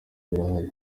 birahari